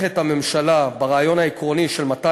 הממשלה תומכת ברעיון העקרוני של מתן